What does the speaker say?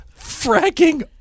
fracking